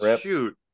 Shoot